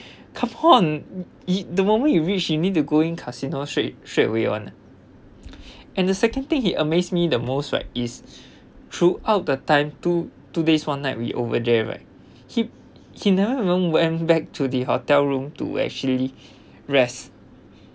come on it the moment you reach you need to go in casino straight straight away [one] ah and the second thing he amaze me the most right is throughout the time two two days one night we over there right he he never even went back to the hotel room to actually rest